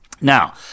Now